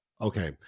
okay